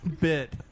bit